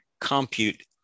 compute